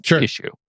issue